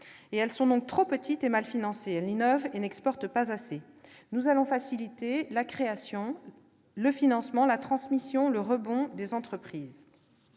Elles sont donc trop petites et mal financées ; elles n'innovent et n'exportent pas assez. Nous allons faciliter la création, le financement, la transmission et le rebond des entreprises.